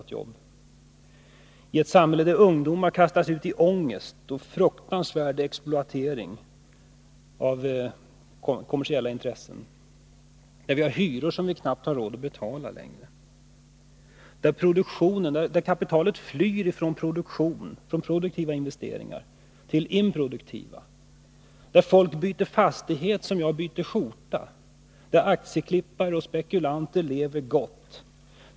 Det är ett samhälle där ungdomar kastas ut i ångest och fruktansvärd exploatering av kommersiella intressen, där vi har hyror som vi knappt har råd att betala längre, där kapitalet flyr från produktiva investeringar till improduktiva, där folk byter fastigheter som jag byter skjortor, där aktieklippare och spekulanter lever gott.